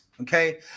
Okay